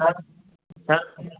आउ दश बजेमे